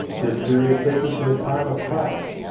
this period takes us to the time of christ.